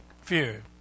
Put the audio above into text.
fear